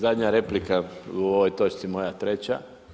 Zadnja replika u ovoj točci, moja treća.